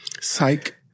Psych